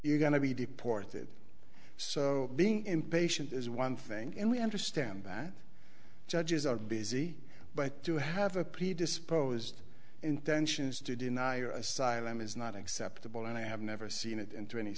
you're going to be deported so being impatient is one thing and we understand that judges are busy but to have a predisposed intentions to deny or asylum is not acceptable and i have never seen it in twenty